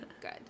good